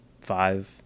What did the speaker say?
five